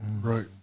Right